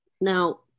Now